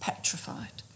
Petrified